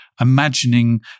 imagining